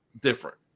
different